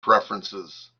preferences